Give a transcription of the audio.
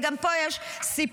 וגם פה יש סיפור,